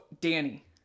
Danny